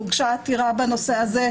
הוגשה עתירה בנושא הזה,